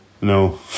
no